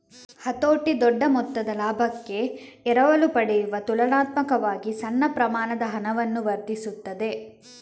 ಹತೋಟಿ ದೊಡ್ಡ ಮೊತ್ತದ ಲಾಭಕ್ಕೆ ಎರವಲು ಪಡೆಯುವ ತುಲನಾತ್ಮಕವಾಗಿ ಸಣ್ಣ ಪ್ರಮಾಣದ ಹಣವನ್ನು ವರ್ಧಿಸುತ್ತದೆ